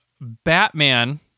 Batman